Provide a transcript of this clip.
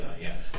yes